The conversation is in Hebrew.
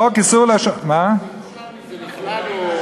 חוק איסור לשון, ירושלמי זה נכלל, או,